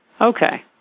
Okay